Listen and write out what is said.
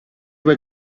were